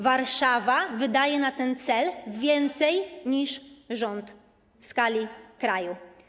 Warszawa wydaje na ten cel więcej niż rząd w skali kraju.